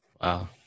Wow